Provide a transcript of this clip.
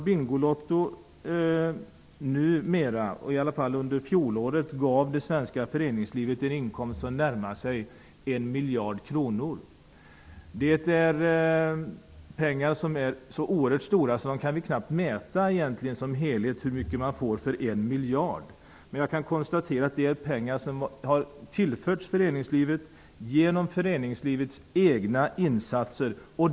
Bingolotto gav under förra året det svenska föreningslivet en inkomst på nästan 1 miljard kronor. Det är fråga om så oerhört mycket pengar att det knappast går att mäta hur mycket det går att få för 1 miljard. Jag kan konstatera att det är pengar som har tillförts föreningslivet genom dess egna insatser.